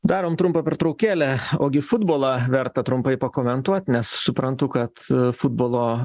darom trumpą pertraukėlę ogi futbolą verta trumpai pakomentuot nes suprantu kad futbolo